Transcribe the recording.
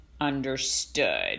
understood